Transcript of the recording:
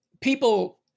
People